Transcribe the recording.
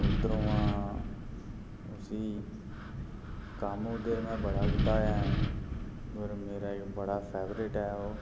उद्धरुआं उसी कम्म ओह्दे उप्पर में बड़ा कीता ऐ पर मेरा बड़ा फैवरट ऐ ओह्